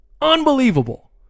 Unbelievable